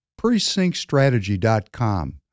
Precinctstrategy.com